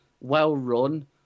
well-run